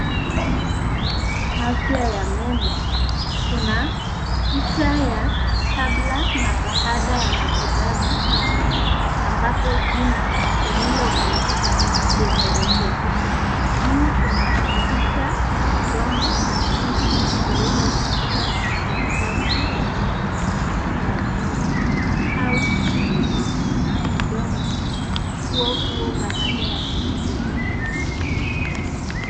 Hii ni afya ya meno. Kuna picha kabla na baada ya matibabu ya meno ambapo jino lililovunjika limerekebishwa. Juu kuna picha ya mdomo na jino lililovunjika katikati ya meno ya juu. Chini kuna mdomo huohuo badaa ya kurekebisha.